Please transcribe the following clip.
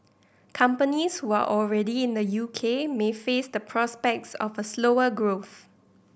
companies who are already in the U K may face the prospects of a slower growth